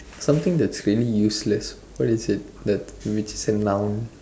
something that's really useless what is it which is a noun